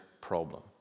problem